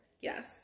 Yes